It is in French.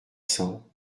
cents